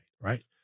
right